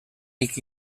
nik